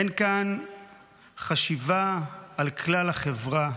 אין כאן חשיבה על כלל החברה.